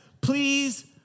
Please